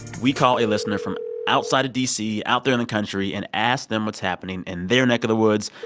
we call a listener from outside of d c, out there in the country, and ask them what's happening in their neck of the woods.